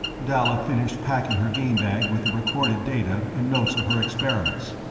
dalla finished packing her game bag with the recorded data and notes of her experiments.